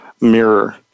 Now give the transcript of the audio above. mirror